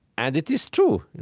and it is true. and